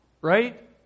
Right